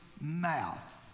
mouth